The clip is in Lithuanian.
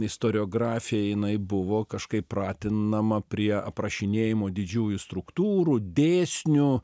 istoriografija jinai buvo kažkaip pratinama prie aprašinėjimo didžiųjų struktūrų dėsnių